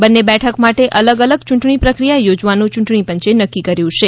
બંને બેઠક માટે અલગ અલગ ચૂંટણી પ્રક્રિયા યોજવાનું ચૂંટણી પંચે નક્કી કર્યું છે